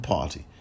Party